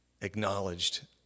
acknowledged